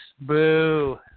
boo